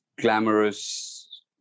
glamorous